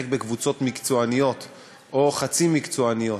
בקבוצות מקצועניות או חצי-מקצועניות,